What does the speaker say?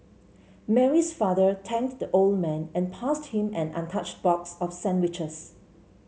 Mary's father thanked the old man and passed him an untouched box of sandwiches